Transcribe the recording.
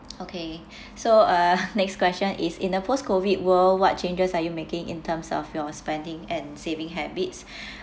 okay so uh next question is in a post COVID world what changes are you making in terms of your spending and saving habits